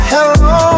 Hello